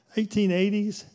1880s